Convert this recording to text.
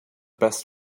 best